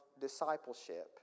discipleship